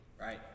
right